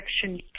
section